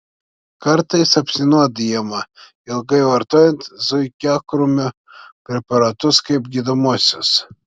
kartais apsinuodijama ilgai vartojant zuikiakrūmio preparatus kaip gydomuosius